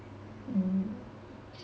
mm